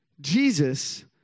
Jesus